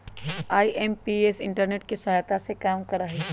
IMPS internet के सहायता से काम करा हई